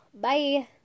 bye